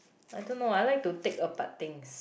I don't know I like to take apart things